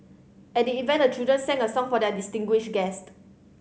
at the event a children sang a song for their distinguished guest